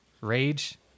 Rage